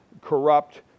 corrupt